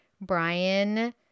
Brian